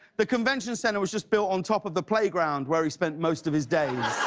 the convention center was just built on top of the playground where he spent most of his days.